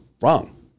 Wrong